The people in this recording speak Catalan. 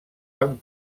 van